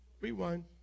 Rewind